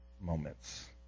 moments